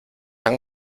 han